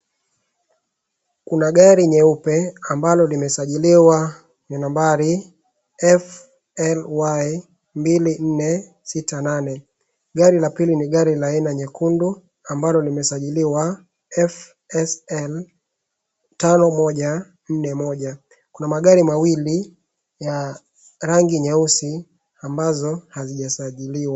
Kuna gari nyeupe, ambalo limesajiliwa na nambari FLY mbili nne, sita nane. Gari la pili ni gari la aina nyekundu, ambalo limesajiliwa FSN tano moja, nne moja. Kuna magari mawili ya rangi nyeusi, ambazo hazijasajiliwa.